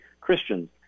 Christians